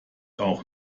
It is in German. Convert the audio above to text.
auch